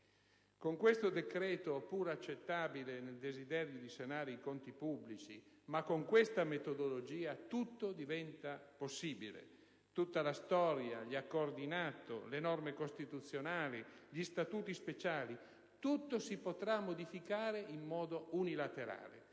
se questo decreto può essere accettabile nel desiderio di sanare i conti pubblici, con questa metodologia però tutto diventa possibile: tutta la storia, gli accordi in atto, le norme costituzionali, gli Statuti speciali, tutto si potrà modificare in modo unilaterale,